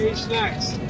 snacks.